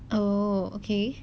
oh okay